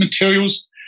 materials